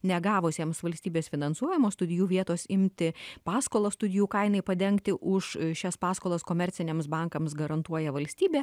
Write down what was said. negavusiems valstybės finansuojamos studijų vietos imti paskolas studijų kainai padengti už šias paskolas komerciniams bankams garantuoja valstybė